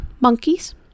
monkeys